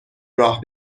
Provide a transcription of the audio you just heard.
راه